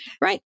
Right